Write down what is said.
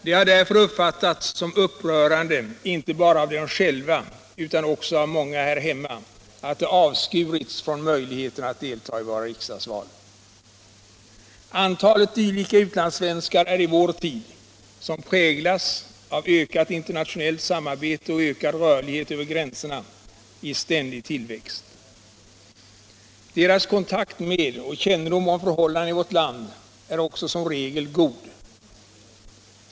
Det har därför uppfattats som upprörande inte bara av dem själva utan också av många här hemma att de avskurits från möjligheten att delta i våra riksdagsval. Antalet dylika utlandssvenskar är i vår tid, som präglas av ökat internationellt samarbete och ökad rörlighet över gränserna, i ständig tillväxt. Deras kontakt med och kännedom om förhållandena i vårt land är också som regel goda.